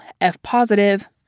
F-positive